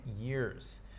years